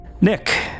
Nick